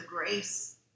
grace